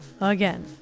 again